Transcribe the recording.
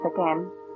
again